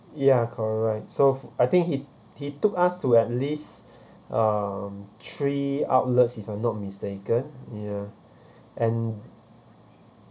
ya correct so I think he he took us to at least uh three outlets if I'm not mistaken ya and